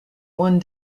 one